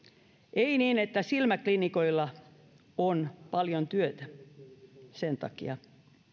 ei niin että silmäklinikoilla on paljon työtä sen takia